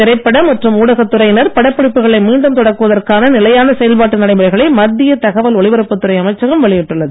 திரைப்பட மற்றும் ஊடகத் துறையினர் படப்பிடிப்புகளை மீண்டும் தொடக்குவதற்கான நிலையான செயல்பாட்டு நடைமுறைகளை மத்திய தகவல் ஒலிபரப்பு துறை அமைச்சகம் வெளியிட்டுள்ளது